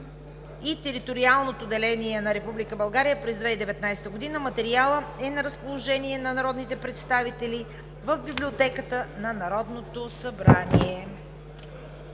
и териториалното деление на Република България през 2019 г. Материалът е на разположение на народните представители в Библиотеката на Народното събрание.